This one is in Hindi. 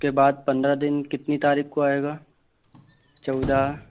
उसके बाद पंद्रह दिन कितनी तारीख को आएगा चौदह